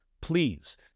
please